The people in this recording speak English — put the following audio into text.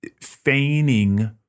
feigning